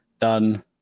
Done